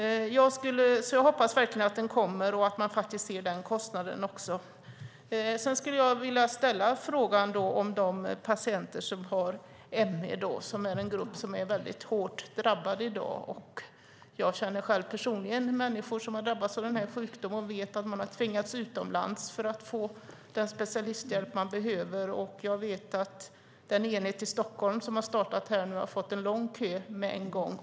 Jag hoppas verkligen att rätten till sjukvård kommer och att man faktiskt ser på den kostnaden också. Sedan skulle jag vilja ställa frågan om de patienter som har ME. Det är en grupp som är väldigt hårt drabbad i dag. Jag känner personligen människor som har drabbats av den här sjukdomen och vet att man har tvingats utomlands för att få den specialisthjälp man behöver. Och jag vet att den enhet i Stockholm som har startat har fått en lång kö med en gång.